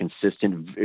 consistent